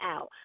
out